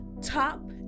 top